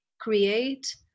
create